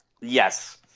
Yes